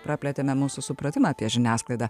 praplėtėme mūsų supratimą apie žiniasklaidą